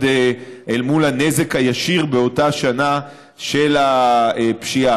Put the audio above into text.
אל מול הנזק הישיר באותה שנה של הפשיעה,